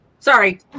Sorry